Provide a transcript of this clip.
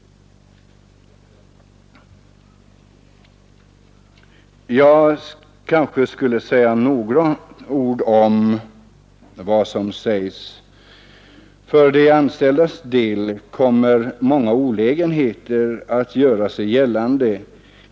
För de anställdas del kommer många olägenheter att göra sig gällande.